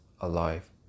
alive